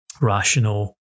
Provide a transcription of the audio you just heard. rational